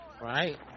right